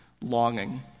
longing